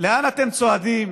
לאן אתם צועדים,